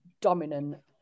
dominant